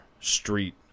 street